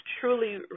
truly